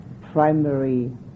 primary